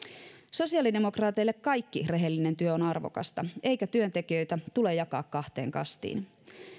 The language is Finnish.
sosiaalidemokraateille kaikki rehellinen työ on arvokasta eikä työntekijöitä tule jakaa kahteen kastiin